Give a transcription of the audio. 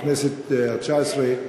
בכנסת התשע-עשרה.